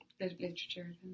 Literature